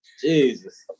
Jesus